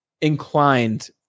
inclined